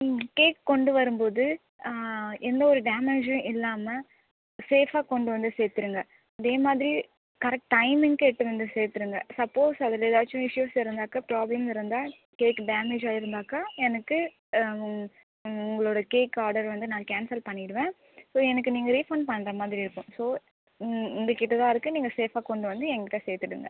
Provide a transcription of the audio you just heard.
cake கொண்டு வரும்போது எந்தவொரு டேமேஜும் இல்லாமல் ஸேஃப்பாக கொண்டு வந்து சேர்த்துருங்க அதே மாதிரி கரெக்ட் டைமிங்க்கு எடுத்து வந்து சேர்த்துருங்க சப்போஸ் அதில் ஏதாச்சும் இஷ்ஷூஸ் இருந்தாக்க ப்ராப்ளம் இருந்தால் கேக் டேமேஜாக இருந்தாக்க எனக்கு உங் உங்களோடய கேக் ஆர்டர் வந்து நான் கேன்சல் பண்ணிடுவேன் அப்புறம் எனக்கு நீங்கள் ரீஃபண்ட் பண்ணுற மாதிரி இருக்கும் ஸோ உங் உங்கக்கிட்டேதான் இருக்கு நீங்கள் ஸேஃபாக கொண்டு வந்து என்கிட்ட சேர்த்திடுங்க